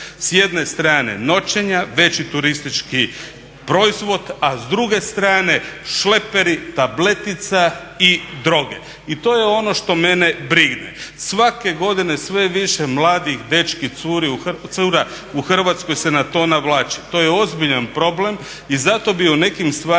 S jedne strane noćenja, veći turistički proizvod, a s druge strane šleperi, tabletica i droge. I to je ono što mene brine. Svake godine sve više mladih dečki, cura u Hrvatskoj se na to navlači. To je ozbiljan problem i zato bih o nekim stvarima